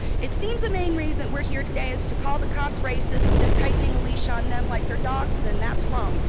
it seems the main reason we are here today is to call the cops racists and tightening a leash on them like they are dogs and that's wrong.